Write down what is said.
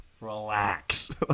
Relax